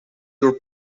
your